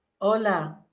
hola